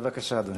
בבקשה, אדוני.